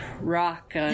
rock